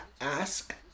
ask